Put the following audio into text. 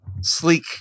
Sleek